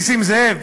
נסים זאב,